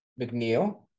McNeil